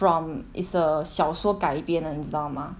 from it's a 小说改编的你知道吗